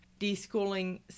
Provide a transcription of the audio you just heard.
Deschooling